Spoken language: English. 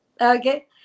Okay